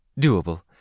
Doable